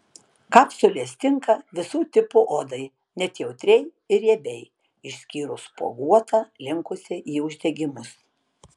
kapsulės tinka visų tipų odai net jautriai ir riebiai išskyrus spuoguotą linkusią į uždegimus